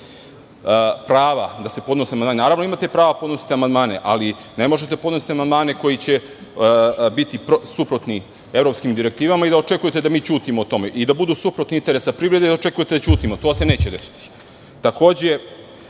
prava da se podnose amandmani, naravno da imate prava da podnosite amandmane, ali ne možete da podnosite amandmane koji će biti suprotni evropskim direktivama i očekujete da mi ćutimo o tome i da budu suprotni interesima privrede i da očekujete da ćutimo, to se neće desiti. Takođe,